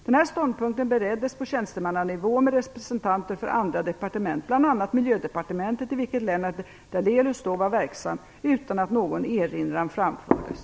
Den här ståndpunkten bereddes på tjänstemannanivån med representanter för andra departement, bl.a. Miljödepartementet, i vilket Lennart Daléus då var verksam, utan att någon erinran framfördes.